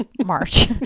March